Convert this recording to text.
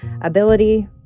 ability